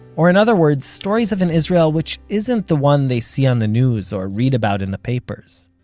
or in other words stories of an israel which isn't the one they see on the news or read about in the papers,